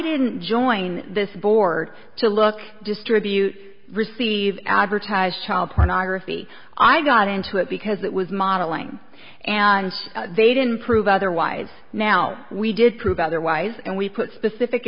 didn't join this board to look distribute receive advertised child pornography i got into it because that was modeling and they didn't prove otherwise now we did prove otherwise and we put specific